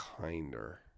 kinder